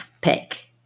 pick